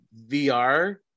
VR